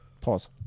Pause